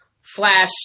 flash